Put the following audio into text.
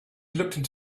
looked